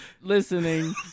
listening